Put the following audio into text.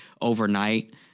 overnight